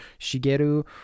Shigeru